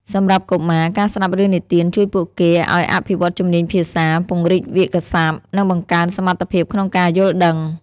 សម្រាប់កុមារ ការស្ដាប់រឿងនិទានជួយពួកគេឱ្យអភិវឌ្ឍជំនាញភាសា ពង្រីកវាក្យសព្ទ និងបង្កើនសមត្ថភាពក្នុងការយល់ដឹង។